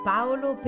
Paolo